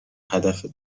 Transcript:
هدف